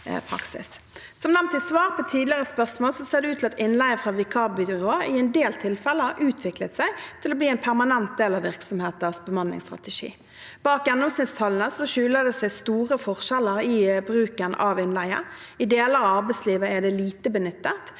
Som nevnt i svar på tidligere spørsmål ser det ut til at innleie fra vikarbyrå i en del tilfeller har utviklet seg til å bli en permanent del av virksomheters bemanningsstrategi. Bak gjennomsnittstallene skjuler det seg store forskjeller i bruken av innleie. I deler av arbeidslivet er det lite benyttet